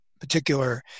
particular